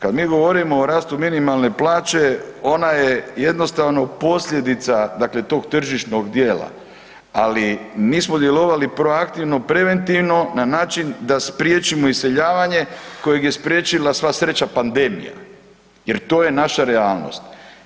Kad mi govorimo o rastu minimalne plaće ona je jednostavno posljedica tog tržišnog dijela, ali nismo djelovali proaktivno preventivno na način da spriječimo iseljavanje kojeg je spriječila sva sreća pandemija jer to je naša realnost.